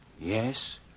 Yes